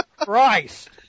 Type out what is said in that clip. Christ